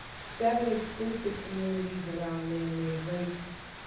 seven exclusive communities around man-made lakes.